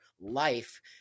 life